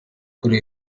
kuri